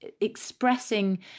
expressing